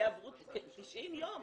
כי עברו 90 יום.